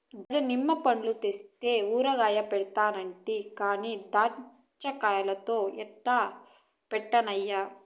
గజ నిమ్మ పండ్లు తెస్తే ఊరగాయ పెడతానంటి కానీ దాచ్చాపండ్లతో ఎట్టా పెట్టన్నయ్యా